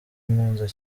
nkunze